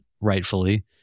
rightfully